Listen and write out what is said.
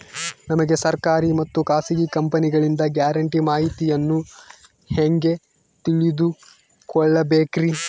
ನಮಗೆ ಸರ್ಕಾರಿ ಮತ್ತು ಖಾಸಗಿ ಕಂಪನಿಗಳಿಂದ ಗ್ಯಾರಂಟಿ ಮಾಹಿತಿಯನ್ನು ಹೆಂಗೆ ತಿಳಿದುಕೊಳ್ಳಬೇಕ್ರಿ?